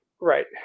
Right